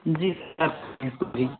जी sir हैं जो भी